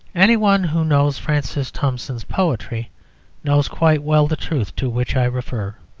any one who knows francis thompson's poetry knows quite well the truth to which i refer.